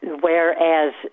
whereas